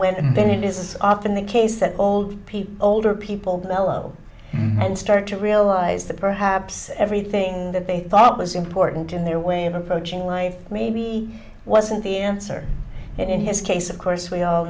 when and then it is often the case that old people older people develop and start to realize that perhaps everything that they thought was important in their way of approaching life maybe wasn't the answer and in his case of course we all